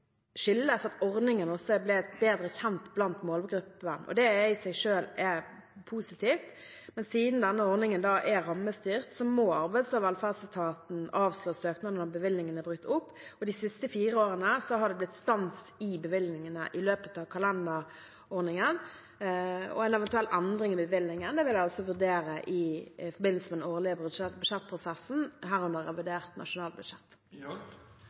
skyldes at ordningen også er bedre kjent blant målgruppen. Det i seg selv er positivt, men siden denne ordningen er rammestyrt, må arbeids- og velferdsetaten avslå søknader når bevilgningene er brukt opp. De siste fire årene er det blitt stans i bevilgningene i løpet av kalenderåret, og en eventuell endring i bevilgningene vil jeg altså vurdere i forbindelse med den årlige budsjettprosessen, herunder revidert nasjonalbudsjett.